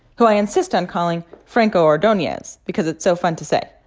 who i insist on calling franco ordonez because it's so fun to say,